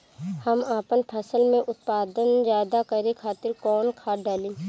हम आपन फसल में उत्पादन ज्यदा करे खातिर कौन खाद डाली?